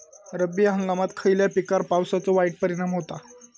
रब्बी हंगामात खयल्या पिकार पावसाचो वाईट परिणाम होता?